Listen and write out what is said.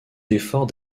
l’effort